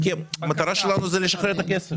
כי המטרה שלנו זה לשחרר את הכסף.